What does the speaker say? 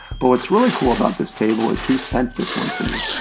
but what's really cool about this table is who sent this one to me.